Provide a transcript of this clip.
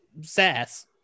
Sass